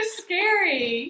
scary